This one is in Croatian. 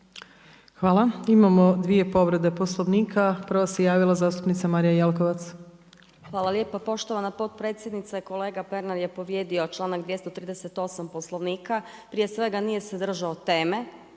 Hvala. Imamo dvije povrede poslovnika. Prva se javila zastupnica Marija Jelkovac. **Jelkovac, Marija (HDZ)** Hvala lijepa poštovana potpredsjednice, kolega Pernar je povrijedio članak 238. Poslovnika. Prije svega nije se držao teme